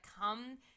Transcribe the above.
come